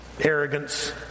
arrogance